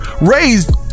raised